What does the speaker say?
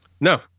No